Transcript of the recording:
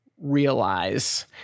realize